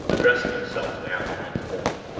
addressing himself to allan once more.